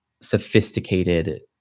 sophisticated